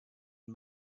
and